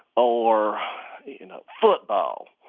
or you know football.